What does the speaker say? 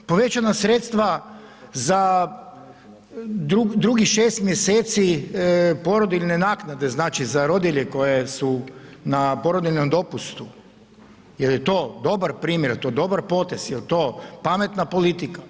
Povećana sredstva za drugih 6 mj. porodiljne naknade, znači za rodilje koje su na porodiljnom dopustu, jel je to dobar primjer, jel je to dobar potez, jel to pametna politika.